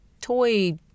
toy